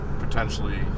potentially